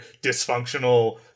dysfunctional